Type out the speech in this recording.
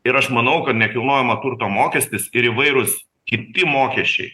ir aš manau kad nekilnojamo turto mokestis ir įvairūs kiti mokesčiai